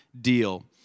deal